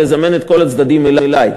לזמן את כל הצדדים אלי.